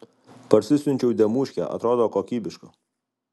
parsisiunčiau demuškę atrodo kokybiška